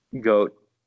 goat